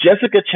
Jessica